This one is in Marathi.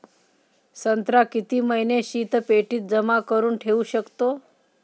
संत्रा किती महिने शीतपेटीत जमा करुन ठेऊ शकतो?